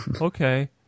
okay